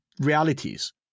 realities